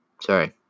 Sorry